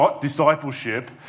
discipleship